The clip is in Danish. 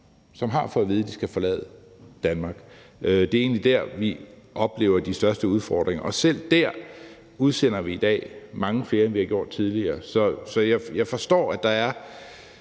som har fået at vide, at de skal forlade Danmark. Det er egentlig der, vi oplever de største udfordringer, og selv der udsender vi i dag mange flere, end vi har gjort tidligere. Så jeg forstår, at der er